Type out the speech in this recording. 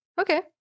Okay